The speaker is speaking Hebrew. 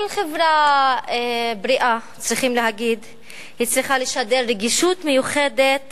כל חברה בריאה צריכה לשדר רגישות מיוחדת